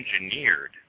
engineered